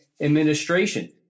administration